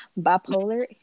bipolar